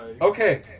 Okay